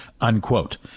unquote